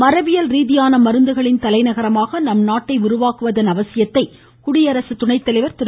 மரபியல் ரீதியான மருந்துகளின் தலைநகரமாக நம் நாட்டை உருவாக்குவதன் அவசியத்தை குடியரசு துணை தலைவர் திரு